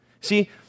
See